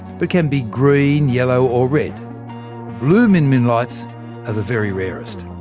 but can be green, yellow or red blue min min lights are the very rarest.